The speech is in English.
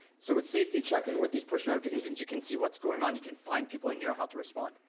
so with safety check-in, with these push notifications, you can see what's going on, you can find people and you know how to respond.